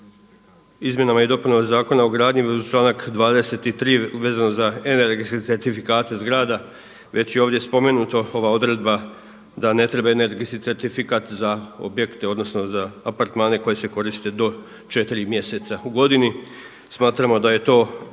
izmjenama i dopunama Zakona o gradnji članak 23. vezano za energetske certifikate zgrada već je i ovdje spomenuto ova odredba da ne treba energetski certifikat za objekte, odnosno za apartmane koji se koriste do 4 mjeseca u godini. Smatramo da je to